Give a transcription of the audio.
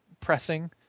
pressing